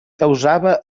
causava